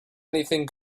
anything